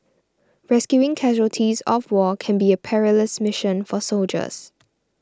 rescuing casualties of war can be a perilous mission for soldiers